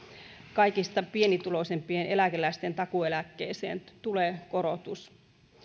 kaikista pienituloisimpien eläkeläisten takuueläkkeeseen tulee korotus